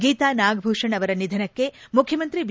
ಗೀತಾ ನಾಗಭೂಷಣ ಅವರ ನಿಧನಕ್ಕೆ ಮುಖ್ಯಮಂತ್ರಿ ಬಿ